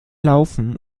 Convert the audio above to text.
laufen